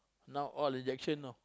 now all injection you know